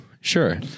sure